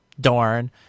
Dorn